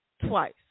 twice